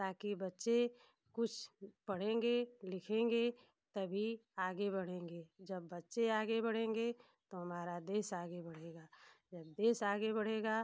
ताकि बच्चे कुछ पढ़ेंगे लिखेंगे तभी आगे बढ़ेंगे जब बच्चे आगे बढ़ेंगे तो हमारा देश आगे बढ़ेगा जब देस आगे बढ़ेगा